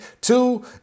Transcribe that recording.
Two